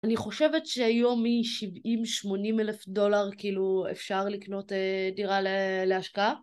אני חושבת שהיום מ-70-80 אלף דולר אפשר כאילו לקנות דירה להשקעה.